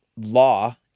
law